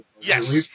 Yes